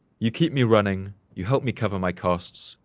you keep me running, you help me cover my costs,